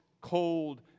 cold